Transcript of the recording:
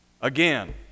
Again